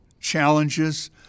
challenges